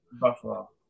Buffalo